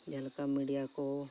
ᱡᱟᱦᱟᱸᱞᱮᱠᱟ ᱢᱤᱰᱤᱭᱟᱠᱚ